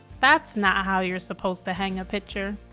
that's not how you're supposed to hang a picture.